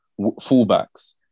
fullbacks